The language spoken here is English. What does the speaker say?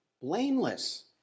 Blameless